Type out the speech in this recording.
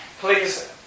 please